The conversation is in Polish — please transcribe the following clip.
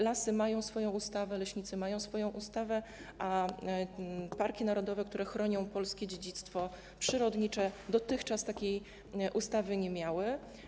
Lasy mają swoją ustawę, leśnicy mają swoją ustawę, a parki narodowe, które chronią polskie dziedzictwo przyrodnicze, dotychczas takiej ustawy nie miały.